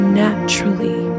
naturally